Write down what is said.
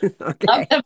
Okay